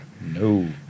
No